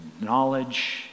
knowledge